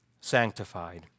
sanctified